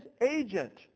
agent